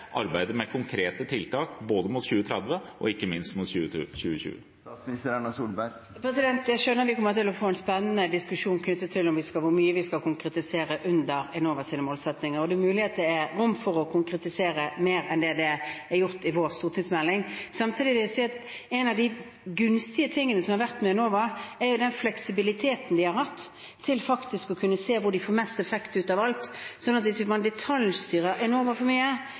arbeidet med konkrete tiltak både mot 2030 og ikke minst mot 2020? Jeg skjønner vi kommer til å få en spennende diskusjon om hvor mye vi skal konkretisere under Enovas målsettinger. Det er mulig at det er rom for å konkretisere mer enn det er gjort i vår stortingsmelding. Samtidig vil jeg si at noe av det gunstige som har vært med Enova, er at de har hatt fleksibilitet til å kunne se hvor de får mest effekt ut av alt. Hvis man detaljstyrer Enova for mye,